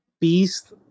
beast